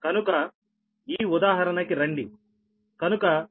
కనుక ఈ ఉదాహరణ కి రండి